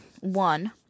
one